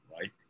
Right